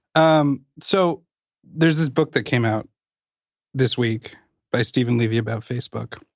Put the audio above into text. um so there's this book that came out this week by steven levy about facebook.